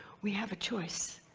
we have a choice,